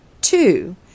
Two